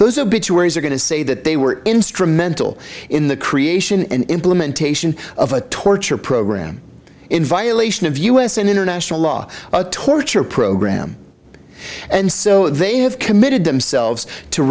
those obituaries are going to say that they were instrumental in the creation and implementation of a torture program in violation of u s and international law the torture program and so they have committed themselves to